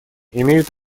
имеют